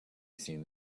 seen